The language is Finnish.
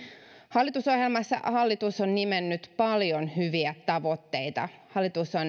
hallitusohjelmassa hallitus on nimennyt paljon hyviä tavoitteita hallitus